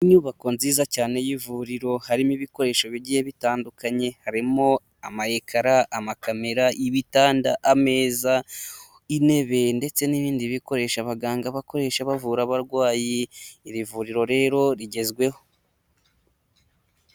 Inyubako nziza cyane y'ivuriro, harimo ibikoresho bigiye bitandukanye, harimo amayekara, amakamera, ibitanda, ameza, intebe, ndetse n'ibindi bikoresho abaganga bakoresha bavura abarwayi, iri vuriro rero rigezweho.